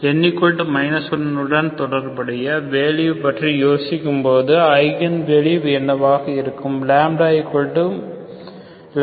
n 1 உடன் தொடர்புடைய value பற்றி யோசிக்கும்போது ஐகன் வேல்யூ என்னவாக இருக்கும் 1 1 x 0